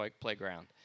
playground